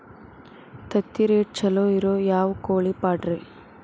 ತತ್ತಿರೇಟ್ ಛಲೋ ಇರೋ ಯಾವ್ ಕೋಳಿ ಪಾಡ್ರೇ?